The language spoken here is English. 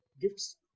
gifts